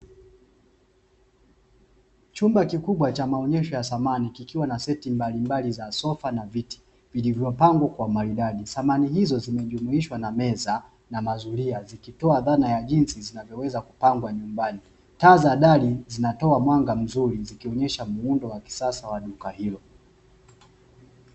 Chumba kikubwa cha maonyesho ya samani kikiwa na seti mbalimbali za sofa na viti, vilivyopangwa kwa umaridadi. Samani hizo zimejumuishwa na meza na mazulia, zikitoa dhana ya jinsi zinavyoweza kupangwa nyumbani. Taa za dari zinatoa mwanga mzuri, zikionyesha muundo wa kisasa wa duka hilo.